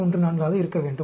414 ஆக இருக்க வேண்டும்